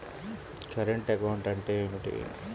Current account అంటే ఏమిటి?